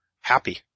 happy